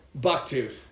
Bucktooth